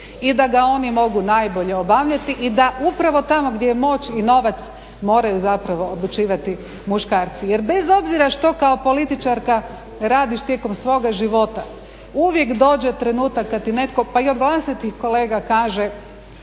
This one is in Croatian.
i da ga oni mogu najbolje obavljati i da upravo tamo gdje je moć i novac moraju zapravo odlučivati muškarci, jer bez obzira što kao političarka radiš tijekom svoga života, uvijek dođe trenutak kad ti netko, pa i od vlastitih kolega kaže